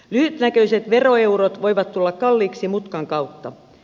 lyhytnäköiset veroeurot voivat tulla kalliiksi mutkan kautta